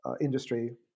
industry